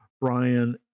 Brian